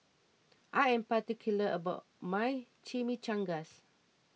I am particular about my Chimichangas